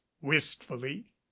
wistfully